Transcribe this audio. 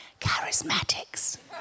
charismatics